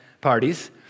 parties